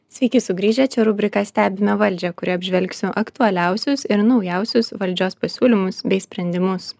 sveiki sugrįžę čia rubrika stebime valdžią kurioj apžvelgsiu aktualiausius ir naujausius valdžios pasiūlymus bei sprendimus